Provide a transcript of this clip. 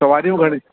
सवारियूं घणी